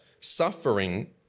suffering